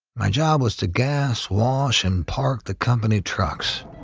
my job was to gas, wash and pa rk the company trucks.